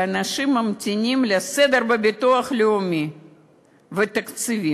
ואנשים ממתינים לסדר בביטוח לאומי ולתקציבים